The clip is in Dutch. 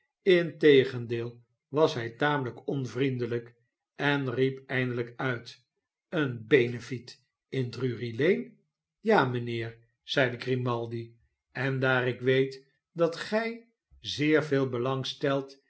integendeel was hij tamelijk onvriondelijk en riep eindelijk uit een benefiet in drury-lane ja mijnheer zeide grimaldi en daar ik weet dat gij zeer veel